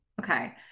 Okay